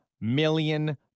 million